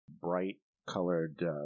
bright-colored